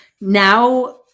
now